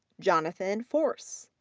jonathan forss,